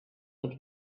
had